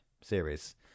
series